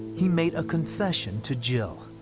he made a confession to jill.